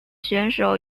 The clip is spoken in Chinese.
选手